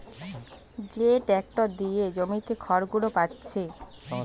যে ট্যাক্টর দিয়ে জমিতে খড়গুলো পাচ্ছে